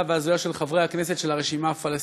וההזויה של חברי הכנסת של הרשימה הפלסטינית.